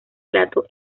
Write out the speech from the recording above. plato